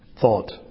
Thought